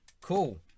cool